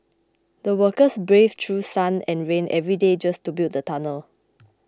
the workers braved through sun and rain every day just to build the tunnel